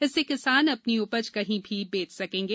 इससे किसान अपनी उपज कहीं भी बेच सकेंगे